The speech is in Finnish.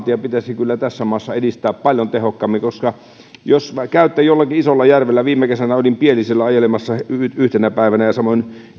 pitäisi kyllä tässä maassa edistää paljon tehokkaammin jos käytte jollakin isolla järvellä kun viime kesänä olin pielisellä ajelemassa yhtenä päivänä ja samoin